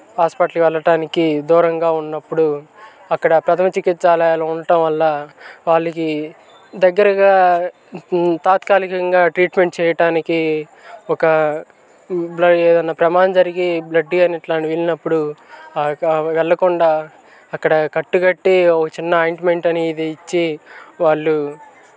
హాస్పటల్కి వెళ్ళటానికి దూరంగా ఉన్నప్పుడు అక్కడ ప్రధమ చికిత్స ఆలయాలు ఉండటం వల్ల వాళ్ళకి దగ్గరగా తాత్కాలికంగా ట్రీట్మెంట్ చేయటానికి ఒక బ్ల ఏమైనా ప్రమాదం జరిగి బ్లడ్ కానీ ఇలాంటివి వెళ్ళినప్పుడు వెళ్ళకుండా అక్కడ కట్టుకట్టి ఓ చిన్న ఆయింట్మెంట్ అనేది ఇచ్చి వాళ్ళు